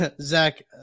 Zach